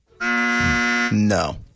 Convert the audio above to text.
no